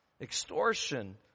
extortion